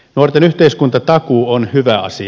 nuorten yhteiskuntatakuu on hyvä asia